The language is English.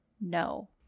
no